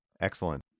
Excellent